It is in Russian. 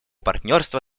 партнерства